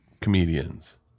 comedians